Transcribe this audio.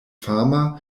fama